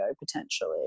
potentially